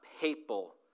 papal